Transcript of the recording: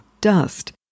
dust